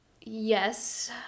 Yes